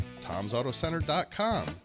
tomsautocenter.com